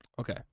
Okay